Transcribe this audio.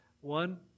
One